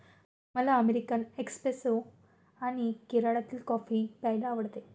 मला American espresso आणि केरळातील कॉफी प्यायला आवडते